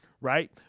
right